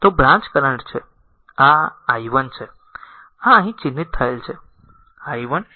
તો આ branch current છે આ r i 1 છે આ અહીં ચિહ્નિત થયેલ છે